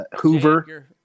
Hoover